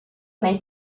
nei